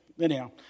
anyhow